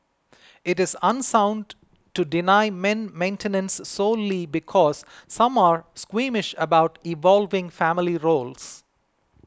it is unsound to deny men maintenance solely because some are squeamish about evolving family roles